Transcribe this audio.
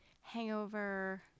Hangover